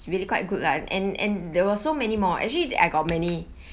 is really quite good lah and and there were so many more actually I got many